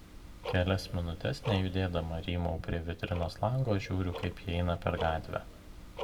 kelias minutes nejudėdama rymau prie vitrinos lango žiūriu kaip ji eina per gatvę